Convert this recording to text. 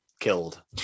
killed